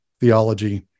theology